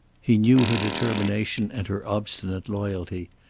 he knew her determination and her obstinate loyalty.